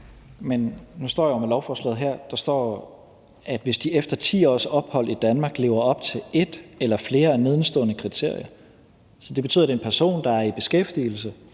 Men nu står jeg jo med lovforslaget her, og der står jo »som efter 10 års ophold i Danmark lever op til et eller flere af nedenstående kriterier«. Så det betyder, at det er en person, der er i beskæftigelse,